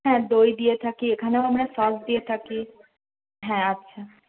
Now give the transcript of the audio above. হ্যাঁ দই দিয়ে থাকি এখানেও আমরা সস দিয়ে থাকি হ্যাঁ আচ্ছা